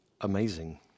Amazing